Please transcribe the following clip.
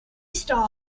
starr